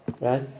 Right